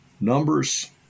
numbers